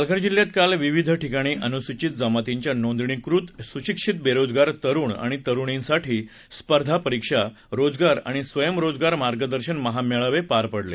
पालघर जिल्ह्यात काल विविध ठिकाणी अनुसूचित जमातीच्या नोंदणीकृत सूशिक्षित बेरोजगार तरुण आणि तरुणींसाठी स्पर्धापरीक्षा रोजगार आणि स्वयंरोजगार मार्गदर्शन महामेळावे पार पडले